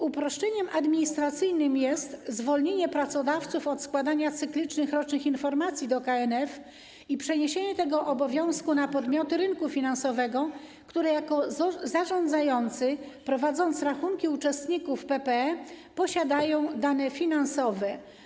Uproszczeniem administracyjnym jest zwolnienie pracodawców od składania cyklicznych rocznych informacji do KNF i przeniesienie tego obowiązku na podmioty rynku finansowego, które jako zarządzający, prowadząc rachunki uczestników PPE, posiadają dane finansowe.